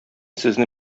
сезне